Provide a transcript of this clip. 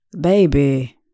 baby